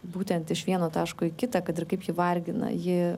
būtent iš vieno taško į kitą kad ir kaip ji vargina ji